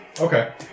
Okay